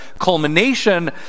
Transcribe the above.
culmination